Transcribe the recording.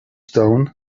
stone